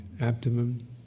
abdomen